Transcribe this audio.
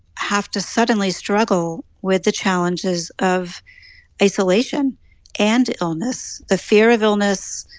have to suddenly struggle with the challenges of isolation and illness the fear of illness,